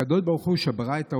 הקדוש ברוך הוא שברא את העולם,